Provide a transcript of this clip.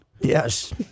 Yes